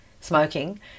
smoking